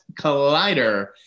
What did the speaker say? Collider